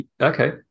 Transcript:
okay